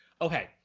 Okay